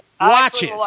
watches